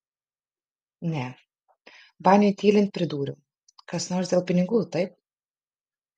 ne baniui tylint pridūriau kas nors dėl pinigų taip